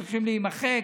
צריך להימחק.